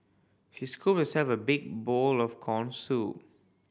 she scooped herself a big bowl of corn soup